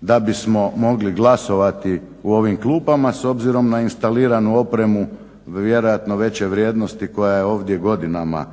da bismo mogli glasovati u ovim klupama s obzirom na instaliranu opremu vjerojatno veće vrijednosti koja je ovdje godinama